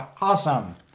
Awesome